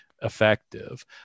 effective